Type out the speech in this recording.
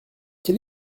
quel